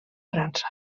frança